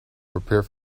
prepare